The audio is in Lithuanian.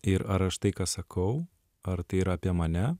ir ar aš tai ką sakau ar tai yra apie mane